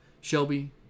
Shelby